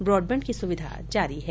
broadband की सुविधा जारी है